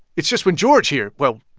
it's just when george here, well,